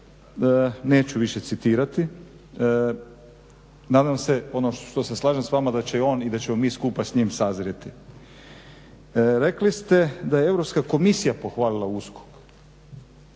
neću više citirati. Nadam se, ono što se slažem sa vama da će on i da ćemo mi skupa s njim sazrjeti. Rekli ste da je Europska komisija pohvalila USKOK